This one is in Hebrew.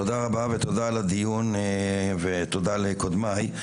תודה רבה, ותודה על הדיון ותודה לקודמיי.